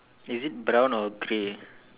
is it brown or grey